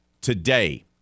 today